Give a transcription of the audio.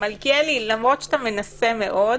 מלכיאלי, למרות שאתה מנסה מאוד,